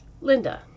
Linda